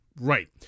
Right